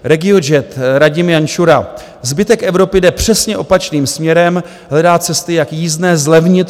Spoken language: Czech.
Regiojet, Radim Jančura: Zbytek Evropy jde přesně opačným směrem, hledá cesty, jak jízdné zlevnit.